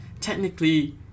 technically